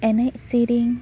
ᱮᱱᱮᱡ ᱥᱤᱨᱤᱧ